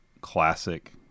classic